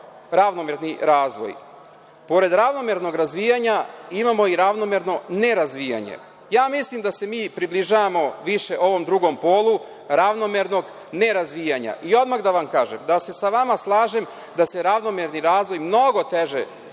ravnomerni razvoj. Pored ravnomernog razvijanja imamo i ravnomerno nerazvijanje. Mislim da se mi približavamo više ovom drugom polu, ravnomernog nerazvijanja. Odmah da vam kažem da se sa vama slažem da se ravnomerni razvoj mnogo teže